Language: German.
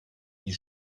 die